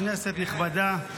כנסת נכבדה,